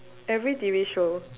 every T_V show